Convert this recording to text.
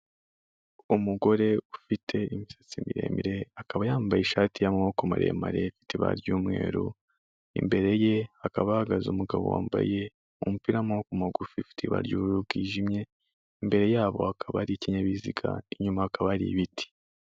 Umugore ufite imisatsi miremire akaba yambaye ishati y'amaboko maremare afite ibare ry'umweru, imbere ye hakaba hahagaze umugabo wambaye umupira w'amaboko magufi ufite ibara ry'ubururu bwijimye, imbere yabo hakaba hari ikinyabiziga, inyuma hakaba hari ibiti.